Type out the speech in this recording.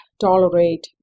tolerate